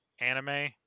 anime